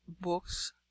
BOOKS